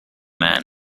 man